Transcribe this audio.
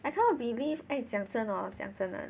I cannot believe eh 讲真的 hor 讲真的